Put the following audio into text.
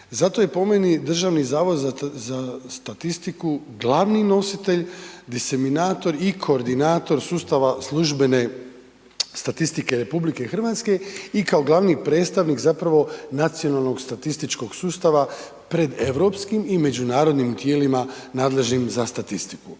Zato je po meni Državni zavod za statistiku glavni nositelj, desiminator i koordinator sustava službene statistike Republike Hrvatske, i kao glavni predstavnik zapravo Nacionalnog statističkog sustava pred europskim i međunarodnim tijelima nadležnim za statistiku.